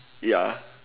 ya